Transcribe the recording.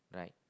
right